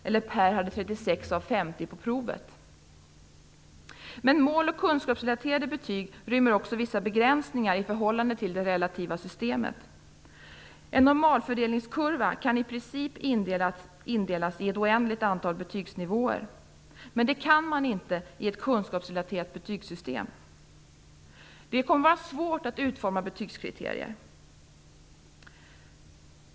Eller: Per hade 36 av 50 på provet. Men mål och kunskapsrelaterade betyg rymmer också vissa begränsningar i förhållande till det relativa systemet. En normalfördelningskurva kan i princip indelas i ett oändligt antal betygsnivåer. Men det kan man inte i fråga om ett kunskapsrelaterat betygssystem. Det kommer att vara svårt att utforma betygskriterier.